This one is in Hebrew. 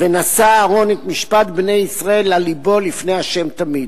ונשא אהרן את משפט בני ישראל על לבו לפני ה' תמיד".